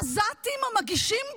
עזתים מגישים בג"ץ,